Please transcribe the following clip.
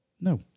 no